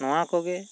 ᱱᱚᱣᱟ ᱠᱚ ᱜᱮ